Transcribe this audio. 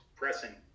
pressing